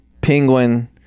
Penguin